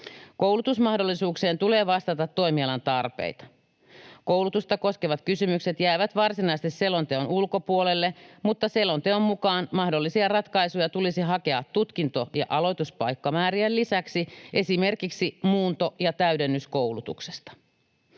Koulutusmahdollisuuksien tulee vastata toimialan tarpeita. Koulutusta koskevat kysymykset jäävät varsinaisesti selonteon ulkopuolelle, mutta selonteon mukaan mahdollisia ratkaisuja tulisi hakea tutkinto‑ ja aloituspaikkamäärien lisäksi esimerkiksi muunto‑ ja täydennyskoulutuksesta.